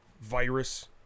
virus